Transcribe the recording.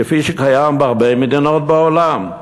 כפי שקיים בהרבה מדינות בעולם.